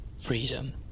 freedom